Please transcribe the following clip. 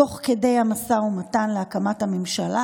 תוך כדי המשא ומתן להקמת הממשלה,